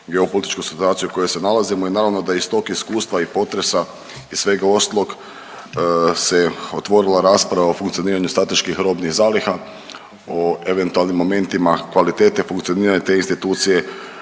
geopolitičku situaciju u kojoj se nalazimo i naravno da iz tog iskustva i potresa i svega ostalog se otvorila rasprava o funkcioniranju strateških robnih zaliha o eventualnim momentima kvalitete funkcioniranja te institucije,